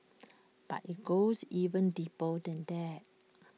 but IT goes even deeper than that